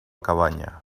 cabanya